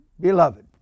beloved